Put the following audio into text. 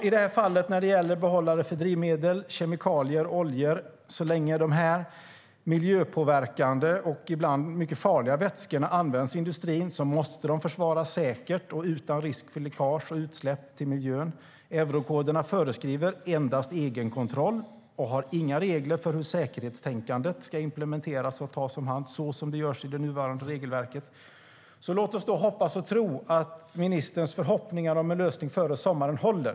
I det här fallet gäller det behållare för drivmedel, kemikalier och oljor. Så länge de här miljöpåverkande och ibland mycket farliga vätskorna används i industrin måste de förvaras säkert och utan risk för läckage och utsläpp till miljön. Eurokoderna föreskriver endast egenkontroll och har inga regler för hur säkerhetstänkandet ska implementeras och tas om hand, så som görs i det nuvarande regelverket. Låt oss hoppas och tro att ministerns förhoppningar om en lösning före sommaren håller!